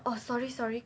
orh sorry sorry